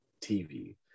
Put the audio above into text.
TV